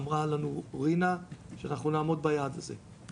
אמרה לנו רינה שנעמוד ביעד הזה.